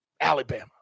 Alabama